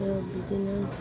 बिदिनो